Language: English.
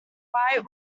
white